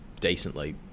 decently